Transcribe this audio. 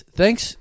thanks